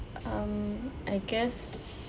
um I guess